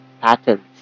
patterns